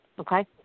Okay